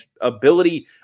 ability